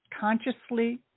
consciously